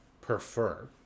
prefer